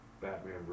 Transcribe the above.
Batman